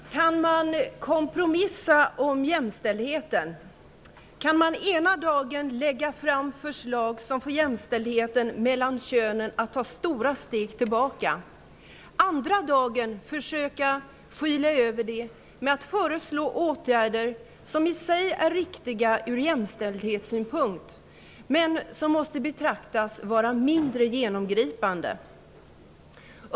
Herr talman! Kan man kompromissa om jämställdheten? Kan man ena dagen lägga fram förslag som får jämställdheten mellan könen att ta stora steg tillbaka och andra dagen försöka skyla över det med att föreslå åtgärder som i sig är riktiga ur jämställdhetssynpunkt men som måste betraktas som mindre genomgripande?